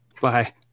Bye